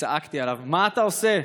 צעקתי עליו: מה אתה עושה?